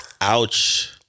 Ouch